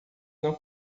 não